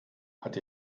hat